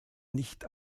nicht